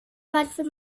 varför